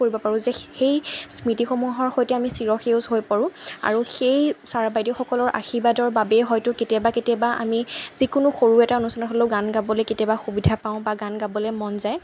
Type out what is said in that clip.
কৰিব পাৰোঁ যে সেই স্মৃতিসমূহৰ সৈতে আমি চিৰসেউজ হৈ পৰোঁ আৰু সেই ছাৰ বাইদেউসকলৰ আশীৰ্বাদৰ বাবেই হয়তো কেতিয়াবা কেতিয়াবা আমি যিকোনো সৰু এটা অনুষ্ঠান হ'লেও গান গাবলৈ কেতিয়াবা সুবিধা পাওঁ বা গান গাবলৈ মন যায়